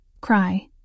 cry